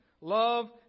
love